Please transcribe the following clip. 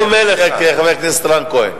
שחוקק חבר הכנסת רן כהן.